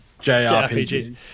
JRPGs